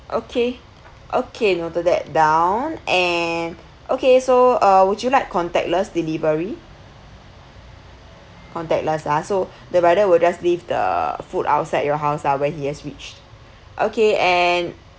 okay okay noted that down and okay so uh would you like contactless delivery contactless ah so the rider will just leave the food outside your house ah when he has reached okay and